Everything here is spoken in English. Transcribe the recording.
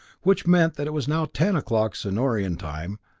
which meant that it was now ten o'clock sonorian time.